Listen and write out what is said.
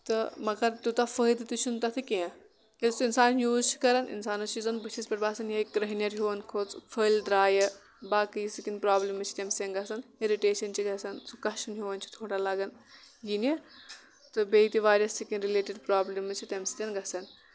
تہٕ مَگر تیٚوٗتاہ فٲیدٕ تہِ چھُ نہٕ تَتھ کیٚنٛہہ ییٚلہِ یُس اِنسان یوٗز چھُ کران اِنسانَس چھِ زن بٕتِھس پٮ۪ٹھ باسان یِہوے کرٛہنیر ہُیٚو کھوٚت پھٔلۍ داریہِ باقٕے سِکِن پرابلِمٕز چھِ تَمہِ سۭتۍ گژھان اِرِٹیٖشن چھِ گژھان سُہ کَشُن ہیٚو چھُ تھوڑا لگان ییٚنہِ تہٕ بیٚیہِ تہِ واریاہ سِکِن رِلیٹِڈ برابلِمٕز چھِ تَمہِ سۭتۍ گژھان